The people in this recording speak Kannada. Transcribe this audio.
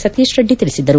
ಸತೀಶ್ ರೆಡ್ಡಿ ತಿಳಿಸಿದರು